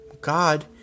God